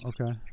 okay